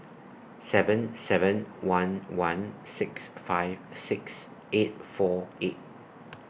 seven seven one one six five six eight four eight